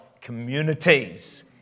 communities